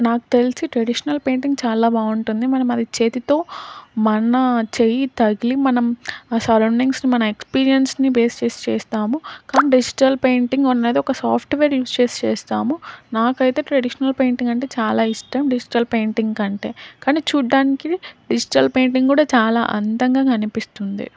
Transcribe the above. నాకు తెలిసి traditional painting చాలా బాగుంటుంది మనం అది చేతితో మన చెయి తగిలి మనం ఆ సరౌండింగ్స్ని మన ఎక్స్పీరియన్స్ని బేస్ చేసి చేస్తాము కానీ డిజిటల్ పెయింటింగ్ ఉన్నది ఒక సాఫ్ట్వేర్ యూస్ చేసి చేస్తాము నాకైతే ట్రెడిషనల్ పెయింటింగ్ అంటే చాలా ఇష్టం డిజిటల్ పెయింటింగ్ అంటే కానీ చూడ్డానికి డిజిటల్ పెయింటింగ్ కూడా చాలా అందంగా కనిపిస్తుంది